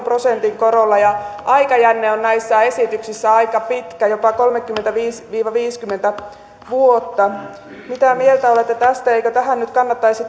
prosentin korolla ja aikajänne on näissä esityksissä aika pitkä jopa kolmekymmentäviisi viiva viisikymmentä vuotta mitä mieltä olette tästä eikö tähän nyt kannattaisi